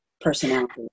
personality